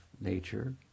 nature